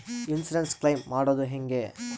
Insurance claim ಮಾಡದು ಹೆಂಗೆ?